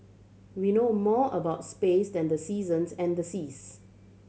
we know more about space than the seasons and the seas